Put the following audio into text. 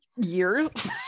years